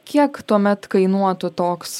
kiek tuomet kainuotų toks